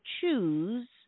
choose